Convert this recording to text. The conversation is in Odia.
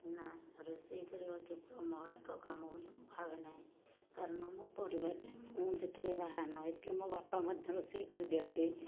ନାଁ ରୋଷେଇ କରିବା କେବଳ ମହିଳାଙ୍କ କାମ ବୋଲି ମୁଁ ଭାବେ ନାହିଁ କାରଣ ମୁଁ ପରିବାରରେ ମୁଁ ଯେତେବେଳେ ବାହା ନ ହୋଇଥିଲି ମୋ ବାପା ମଧ୍ୟ ରୋଷେଇ କରିଦିଅନ୍ତି